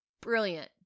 brilliant